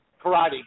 Karate